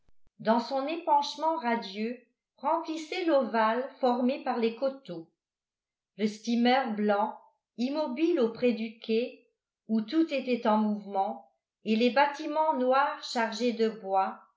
dans son épanchement radieux remplissait l'ovale formé par les coteaux le steamer blanc immobile auprès du quai où tout était en mouvement et les bâtiments noirs chargés de bois